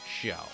show